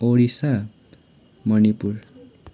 Odisha Manipur